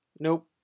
Nope